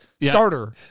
starter